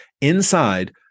inside